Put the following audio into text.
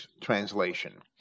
translation